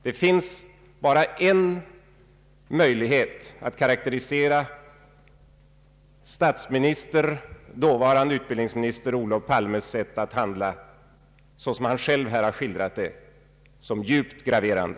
Det finns bara ett sätt att karakterisera statsministerns — dåvarande utbildningsministerns, Olof Palmes — sätt att handla som han gjort och själv har skildrat: djupt graverande.